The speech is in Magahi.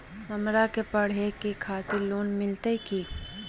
हमरा के पढ़े के खातिर लोन मिलते की?